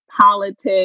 politics